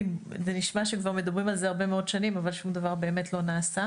זה נשמע שמדברים על זה כבר הרבה מאוד שנים אבל שום דבר באמת לא נעשה.